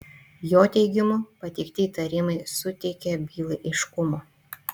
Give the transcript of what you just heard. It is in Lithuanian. jo teigimu pateikti įtarimai suteikia bylai aiškumo